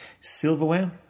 Silverware